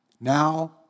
Now